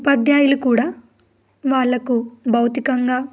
ఉపాధ్యాయులు కూడా వాళ్ళకు భౌతికంగా